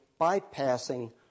bypassing